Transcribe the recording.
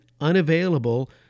unavailable